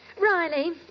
Riley